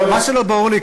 מה שלא ברור לי